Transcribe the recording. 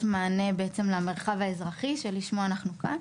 מענה בעצם למרחב האזרחי שלשמו אנחנו כאן.